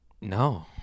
No